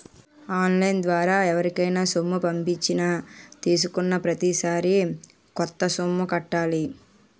on line ద్వారా ఎవరికైనా సొమ్ము పంపించినా తీసుకున్నాప్రతిసారి కొంత సొమ్ము కట్టాలి